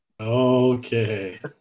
Okay